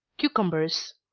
cucumbers.